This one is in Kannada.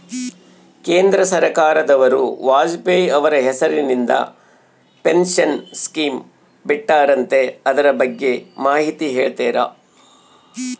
ಕೇಂದ್ರ ಸರ್ಕಾರದವರು ವಾಜಪೇಯಿ ಅವರ ಹೆಸರಿಂದ ಪೆನ್ಶನ್ ಸ್ಕೇಮ್ ಬಿಟ್ಟಾರಂತೆ ಅದರ ಬಗ್ಗೆ ಮಾಹಿತಿ ಹೇಳ್ತೇರಾ?